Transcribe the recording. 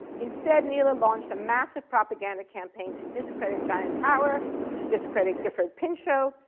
instead, nela launched a massive propaganda campaign to discredit giant power, to discredit gifford pinchot,